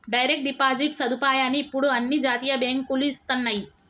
direct deposit సదుపాయాన్ని ఇప్పుడు అన్ని జాతీయ బ్యేంకులూ ఇస్తన్నయ్యి